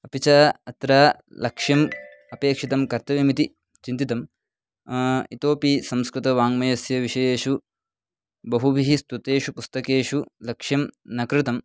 अपि च अत्र लक्ष्यम् अपेक्षितं कर्तव्यमिति चिन्तितम् इतोपि संस्कृतवाङ्मयस्य विषयेषु बहुभिः स्तुतेषु पुस्तकेषु लक्ष्यं न कृतम्